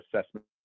assessment